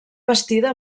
bastida